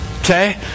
Okay